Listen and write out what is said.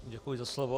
Děkuji za slovo.